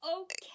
Okay